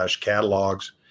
catalogs